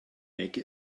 make